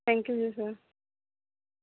thank you ji sir